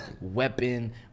weapon